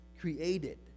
created